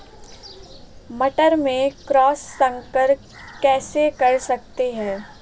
मटर में क्रॉस संकर कैसे कर सकते हैं?